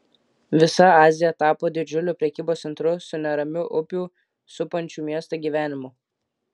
visa azija tapo didžiuliu prekybos centru su neramiu upių supančių miestą gyvenimu